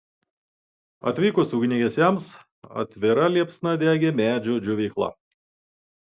atvykus ugniagesiams atvira liepsna degė medžio džiovykla